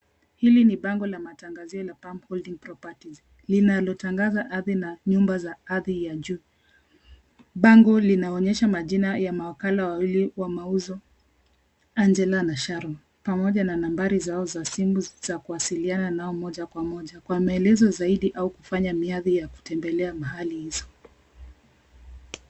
Hili ni bango la matangazio la Pam Golding Propreties linalotangaza ardhi na nyumba ardhi ya juu. Bango linaonyesha majina ya mawakala mawili wa mauzo, Angela na Sharon pamoja na nambari zao za simu za kuwasiliana nao moja kwa moja. Kwa maelezo zaidi au kufanya miadi ya kutembelea mahali hizo.